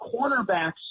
cornerbacks